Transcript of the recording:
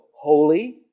holy